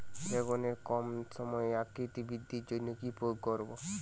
বেগুনের কম সময়ে আকৃতি বৃদ্ধির জন্য কি প্রয়োগ করব?